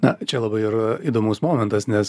na čia labai ir įdomus momentas nes